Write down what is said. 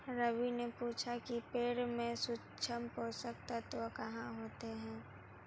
रवि ने पूछा कि पेड़ में सूक्ष्म पोषक तत्व कहाँ होते हैं?